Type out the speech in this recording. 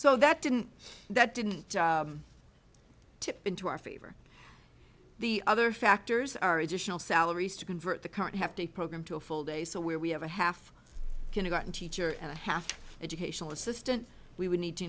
so that didn't that didn't tipped into our favor the other factors are additional salaries to convert the current have to a program to a full day so where we have a half kindergarten teacher and a half educational assistant we would need to